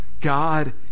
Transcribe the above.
God